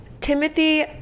Timothy